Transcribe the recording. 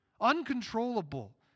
uncontrollable